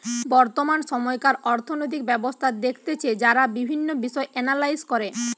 বর্তমান সময়কার অর্থনৈতিক ব্যবস্থা দেখতেছে যারা বিভিন্ন বিষয় এনালাইস করে